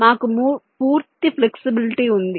మాకు పూర్తి ఫ్లెక్సిబిలిటీ ఉంది